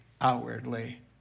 outwardly